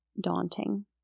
daunting